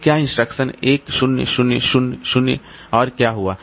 तो क्या इंस्ट्रक्शन 10 000 और क्या हुआ